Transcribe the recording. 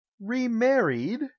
Remarried